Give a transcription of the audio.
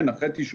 כן, אחרי תשאול.